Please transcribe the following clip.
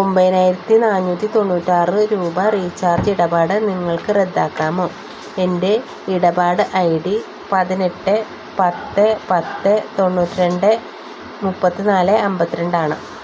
ഒമ്പതിനായിരത്തി നാന്നൂറ്റി തൊണ്ണൂറ്റിയാറ് രൂപ റീചാർജ് ഇടപാട് നിങ്ങൾക്കു റദ്ദാക്കാമോ എൻ്റെ ഇടപാട് ഐ ഡി പതിനെട്ട് പത്ത് പത്ത് തൊണ്ണൂറ്റിരണ്ട് മുപ്പത്തിനാല് അന്പത്തിരണ്ടാണ്